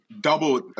double